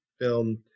film